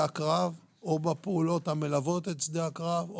הקרב או בפעולות המלוות את שדה הקרב,